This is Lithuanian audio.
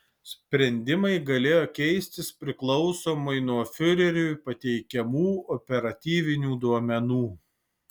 sprendimai galėjo keistis priklausomai nuo fiureriui pateikiamų operatyvinių duomenų